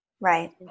Right